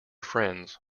friends